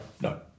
no